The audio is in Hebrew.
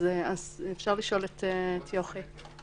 אפשר לשאול את יוכי.